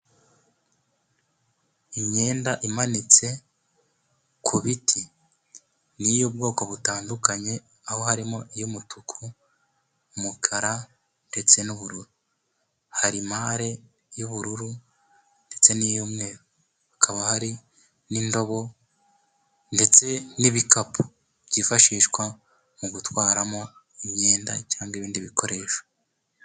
Imyenda imanitse ku biti n'iy'ubwoko butandukanye aho harimo:iy'umutuku, umukara ndetse n'ubururu hari mare y'ubururu ndetse n'iy'umweru hakaba hari n'indobo ndetse n'ibikapu byifashishwa mu gutwaramo imyenda cyangwa ibindi bikoresho.